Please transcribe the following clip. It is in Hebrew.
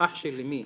אח של אמי